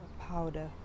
powder